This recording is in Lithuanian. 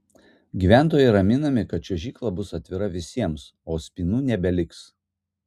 gyventojai raminami kad čiuožykla bus atvira visiems o spynų nebeliks